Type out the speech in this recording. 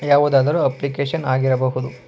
ಯಾವುದಾದರೂ ಅಪ್ಲಿಕೇಶನ್ ಆಗಿರಬಹುದು